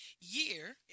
year